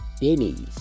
Denny's